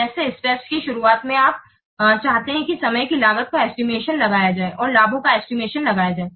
जैसे स्टेप्स की शुरुआत में आप चाहते हैं कि समय की लागत का एस्टिमेशन लगाया जाए और लाभों का एस्टिमेशन लगाया जाए